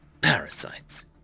parasites